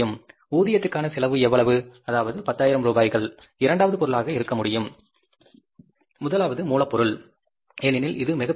ஊதியத்திற்காக செலவு எவ்வளவு எவ்வளவு அதாவது 10000 ரூபாய்களால் இரண்டாவது பொருளாக இருக்க முடியும் முதலாவது மூலப்பொருள் ஏனெனில் இது மிகப்பெரிய கூறு